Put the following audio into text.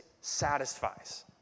satisfies